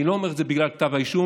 אני לא אומר את זה בגלל כתב האישום,